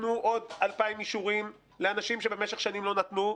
נתנו עוד 2,000 אישורים לאנשים שבמשך שנים לא נתנו,